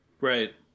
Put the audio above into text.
Right